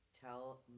tell